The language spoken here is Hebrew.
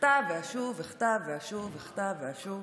אחטא ואשוב, אחטא ואשוב, אחטא ואשוב.